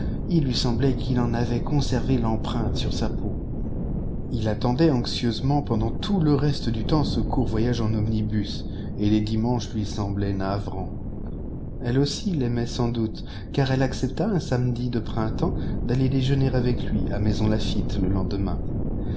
il lui semblait qu'il en avait conservé l'empremte sur sa peau ii attendait anxieusement pendant tout le reste du temps ce court voyage en omnibus et les dimanches lui semblaient navrants elle aussi l'aimait sans doute car elle accepta un samedi de printemps d'aller déjeuner avec lui à maisons laffitte le lendemain